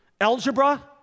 Algebra